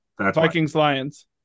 Vikings-Lions